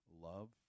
love